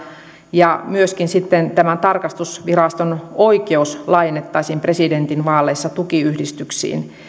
ja myöskin sitten tämän tarkastusviraston oikeus laajennettaisiin presidentinvaaleissa tukiyhdistyksiin